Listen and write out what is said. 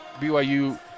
BYU